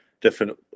different